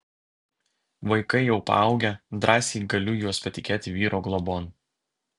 vaikai jau paaugę drąsiai galiu juos patikėti vyro globon